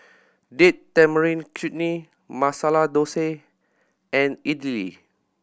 Date Tamarind Chutney Masala Dosa and Idili